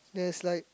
there's like